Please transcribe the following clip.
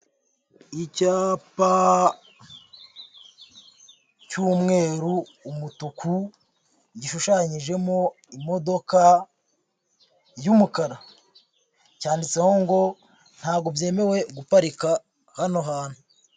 Icyapa cy'umweru, umutuku gishushanyijeho imodoka y'umukara cyanditseho ngo ntabwo byemewe guparika hano hantu.